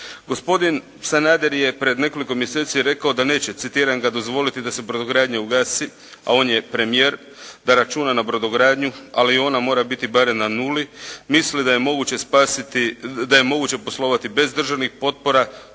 Gospodin Sanader je pred nekoliko mjeseci rekao a neće, citiram ga: «dozvoliti da se brodogradnja ugasi», a on je premijer. Da računa na brodogradnju, ali ona mora biti barem na nuli. Misli da je moguće spasiti, da je moguće